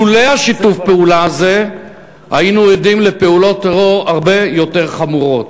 לולא שיתוף הפעולה הזה היינו עדים לפעולות טרור הרבה יותר חמורות.